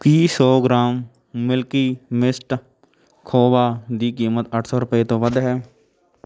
ਕੀ ਸੌ gram Milky Mist ਖੋਵਾ ਦੀ ਕੀਮਤ ਅੱਠ ਸੌ ਰੁਪਏ ਤੋਂ ਵੱਧ ਹੈ